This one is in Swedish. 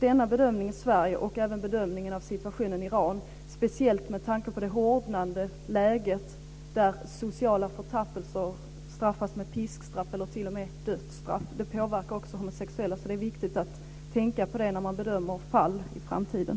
Denna bedömning i Sverige och även bedömningen av situationen i Iran, speciellt med tanke på det hårdnande läget, där sociala förtappelser straffas med piskstraff eller t.o.m. dödsstraff påverkar också homosexuella, så det är viktigt att tänka på det när man bedömer fall i framtiden.